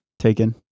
taken